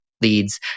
leads